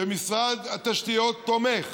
משרד התשתיות תומך,